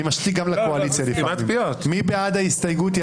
מי בעד ההסתייגות?